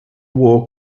war